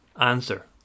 answer